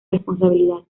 responsabilidad